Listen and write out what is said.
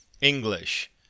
English